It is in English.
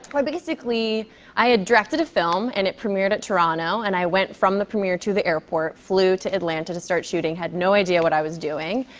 i basically i had directed a film and it premiered at toronto. and i went from the premiere to the airport, flew to atlanta to start shooting, had no idea what i was doing.